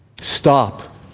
Stop